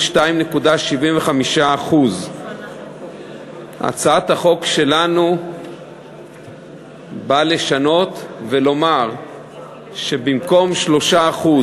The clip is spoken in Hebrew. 2.75%. הצעת החוק שלנו באה לשנות ולומר שבמקום 3%